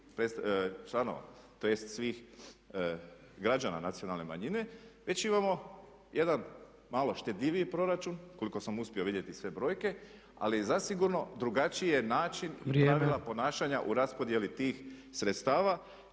tj. svih građana nacionalne manjine veći imamo jedan malo štedljiviji proračun koliko sam uspio vidjeti sve brojke ali zasigurno drugačiji je način i pravila ponašanja u raspodjeli tih sredstava